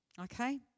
okay